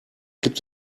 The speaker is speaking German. gibt